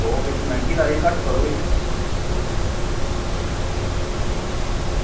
ते ओह् मैहंगी लाई घट्ट करो किश